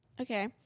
okay